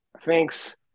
thanks